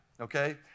okay